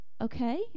okay